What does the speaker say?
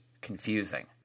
confusing